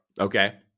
Okay